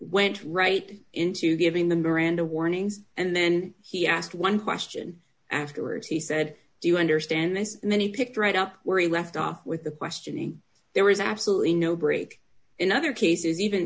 went right into giving the miranda warnings and then he asked one question afterwards he said do you understand this many picked right up where he left off with the questioning there was absolutely no break in other cases even